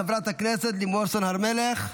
חברת הכנסת לימור סון הר מלך,